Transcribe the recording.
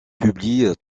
publie